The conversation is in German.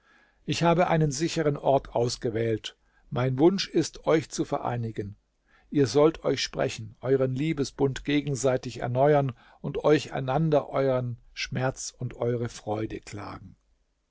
ich habe einen sicheren ort ausgewählt mein wunsch ist euch zu vereinigen ihr sollt euch sprechen euren liebesbund gegenseitig erneuern und euch einander euern schmerz und eure freude klagen